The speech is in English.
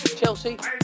Chelsea